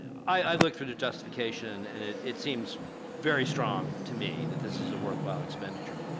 i look for the justification and it seems very strong to me that this is a worthwhile expenditure